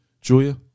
Julia